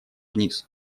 вниз